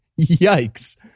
yikes